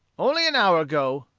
only an hour ago,